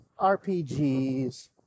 rpgs